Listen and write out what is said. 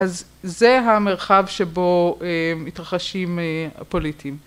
‫אז זה המרחב שבו ‫מתרחשים הפוליטים.